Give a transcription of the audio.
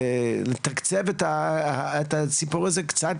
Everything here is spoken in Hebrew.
לתקצב את הסיפור הזה קצת,